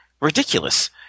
Ridiculous